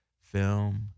film